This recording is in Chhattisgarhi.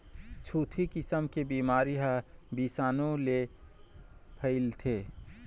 छुतही किसम के बिमारी ह बिसानु ले फइलथे